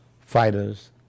fighters